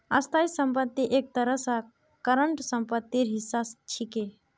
स्थाई संपत्ति एक तरह स करंट सम्पत्तिर हिस्सा छिके